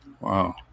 Wow